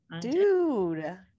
dude